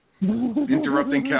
interrupting